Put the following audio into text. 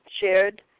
shared